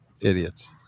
idiots